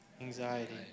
Anxiety